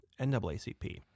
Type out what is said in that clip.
NAACP